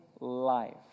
life